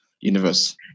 universe